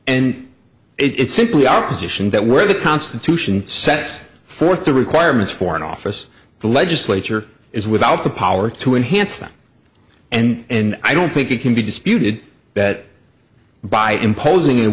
position that where the constitution sets forth the requirements for an office the legislature is without the power to enhance them and i don't think it can be disputed that by imposing